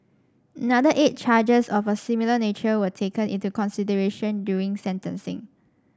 another eight charges of a similar nature were taken into consideration during sentencing